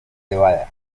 nevada